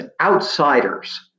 outsiders